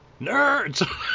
nerds